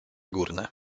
górne